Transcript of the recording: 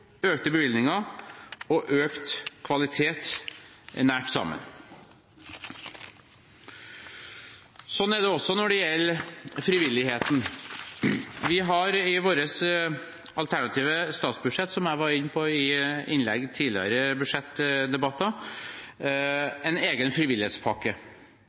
økte bevilgninger og økt kvalitet nært sammen. Slik er det også når det gjelder frivilligheten. Vi har i vårt alternative statsbudsjett – som jeg har vært inne på i innlegg i tidligere budsjettdebatter – en egen frivillighetspakke.